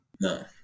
No